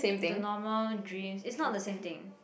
the normal dreams it's not the same thing